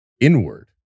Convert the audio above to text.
inward